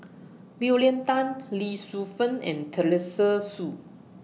William Tan Lee Shu Fen and Teresa Hsu